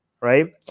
right